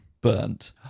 burnt